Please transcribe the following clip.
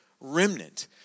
remnant